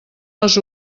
les